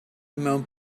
mewn